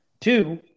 two